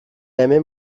hemen